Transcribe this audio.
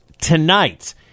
tonight